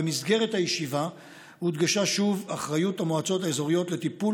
ב הודגשה שוב אחריות המועצות האזוריות לטיפול